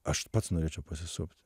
aš pats norėčiau pasisupt